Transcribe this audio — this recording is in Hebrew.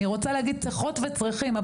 אני רוצה להגיד צריכות וצריכים,